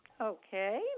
Okay